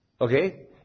okay